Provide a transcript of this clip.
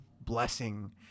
blessing